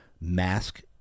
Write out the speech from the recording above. mask